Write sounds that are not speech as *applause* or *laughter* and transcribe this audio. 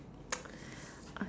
*noise*